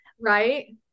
Right